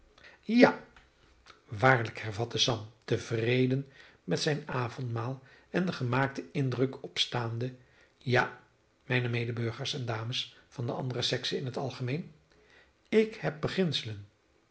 ja waarlijk hervatte sam tevreden met zijn avondmaal en den gemaakten indruk opstaande ja mijne medeburgers en dames van de andere sekse in het algemeen ik heb beginselen